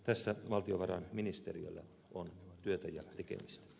tässä valtiovarainministeriöllä on työtä ja tekemistä